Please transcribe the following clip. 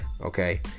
Okay